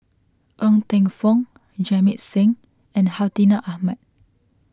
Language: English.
Ng Teng Fong Jamit Singh and Hartinah Ahmad